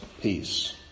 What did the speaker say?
peace